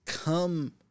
Come